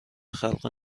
خلق